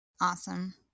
Awesome